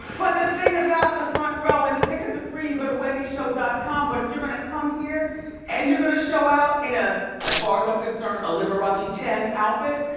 but the thing about the front row and the tickets are free. you go to wendyshow com, but if you're gonna come here and you're gonna show out in, ah as far as i'm concerned, a liberace ten outfit,